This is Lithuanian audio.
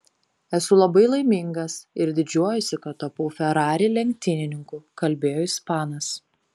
esu labai laimingas ir didžiuojuosi kad tapau ferrari lenktynininku kalbėjo ispanas